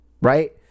right